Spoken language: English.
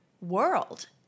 world